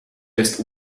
jest